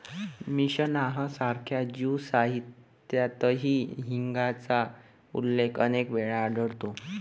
Mishnah सारख्या Jew साहित्यातही हिंगाचा उल्लेख अनेक वेळा आढळतो